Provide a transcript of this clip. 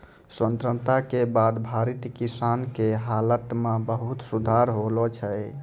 स्वतंत्रता के बाद भारतीय किसान के हालत मॅ बहुत सुधार होलो छै